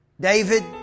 David